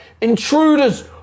Intruders